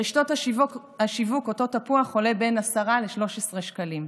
ברשתות השיווק אותו תפוח עולה בין 10 ל-13 שקלים.